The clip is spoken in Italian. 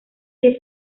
che